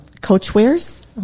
Coachwares